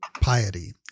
piety